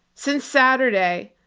since saturday,